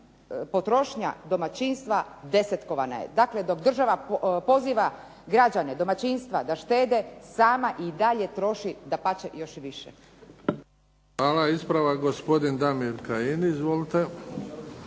potrošnja domaćinstva desetkovana je. Dakle, dok država poziva građane, domaćinstva da štede, sama i dalje troši, dapače još i više. **Bebić, Luka (HDZ)** Hvala. Ispravak gospodin Damir Kajin. Izvolite.